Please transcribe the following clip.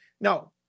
no